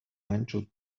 ancho